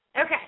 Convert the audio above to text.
Okay